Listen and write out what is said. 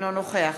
אינו נוכח